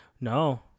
No